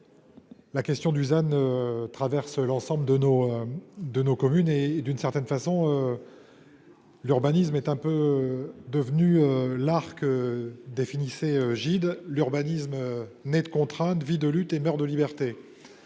La question du Dusan. Traverse l'ensemble de nos, de nos communes et d'une certaine façon. L'urbanisme est un peu devenu l'arc. Définissait Gide l'urbanisme né de contraintes vis de lutte et meurent de liberté.